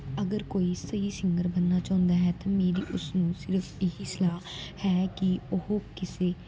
ਅਗਰ ਕੋਈ ਸਹੀ ਸਿੰਗਰ ਬਣਨਾ ਚਾਹੁੰਦਾ ਹੈ ਤਾਂ ਮੇਰੀ ਉਸਨੂੰ ਸਿਰਫ ਇਹੀ ਸਲਾਹ ਹੈ ਕਿ ਉਹ ਕਿਸੇ